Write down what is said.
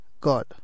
God